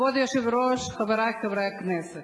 כבוד היושב-ראש, חברי חברי הכנסת,